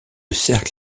cercle